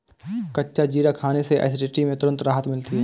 कच्चा जीरा खाने से एसिडिटी में तुरंत राहत मिलती है